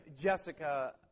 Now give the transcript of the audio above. Jessica